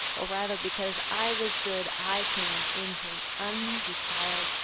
or rather because i was good i came into an undefiled